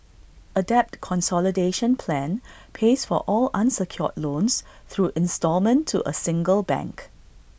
A debt consolidation plan pays for all unsecured loans through instalment to A single bank